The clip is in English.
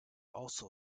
also